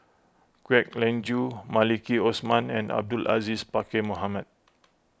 Kwek Leng Joo Maliki Osman and Abdul Aziz Pakkeer Mohamed